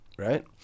right